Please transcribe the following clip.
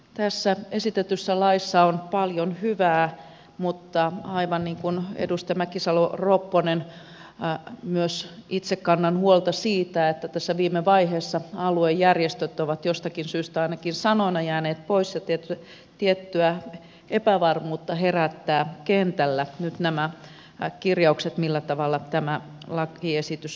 tässä esitetyssä laissa on paljon hyvää mutta aivan niin kuin edustaja mäkisalo ropponen myös itse kannan huolta siitä että tässä viime vaiheessa aluejärjestöt ovat jostakin syystä ainakin sanana jääneet pois ja tiettyä epävarmuutta herättävät kentällä nyt nämä kirjaukset millä tavalla tämä lakiesitys on tehty